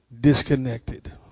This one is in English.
disconnected